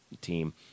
team